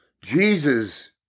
Jesus